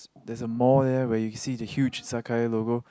there's a mall there where you see the huge Sakae logo